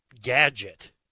gadget